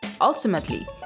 Ultimately